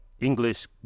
English